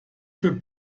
für